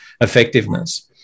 effectiveness